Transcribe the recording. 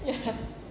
ya